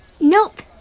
Nope